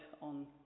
on